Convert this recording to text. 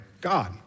God